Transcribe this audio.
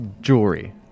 jewelry